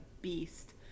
beast